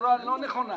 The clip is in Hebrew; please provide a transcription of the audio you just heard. בצורה לא נכונה.